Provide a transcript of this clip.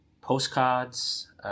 postcards